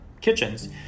kitchens